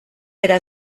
eta